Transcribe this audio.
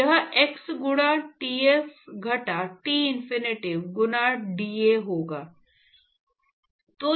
यह h गुना Ts घटा T इंफिनिटी गुना dA होगा